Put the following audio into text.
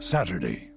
Saturday